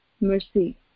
mercy